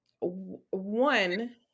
one